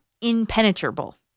impenetrable